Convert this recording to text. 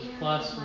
plus